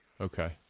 Okay